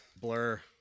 Blur